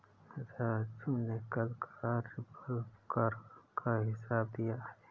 राजू ने कल कार्यबल कर का हिसाब दिया है